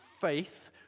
faith